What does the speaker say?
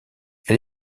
elle